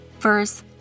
verse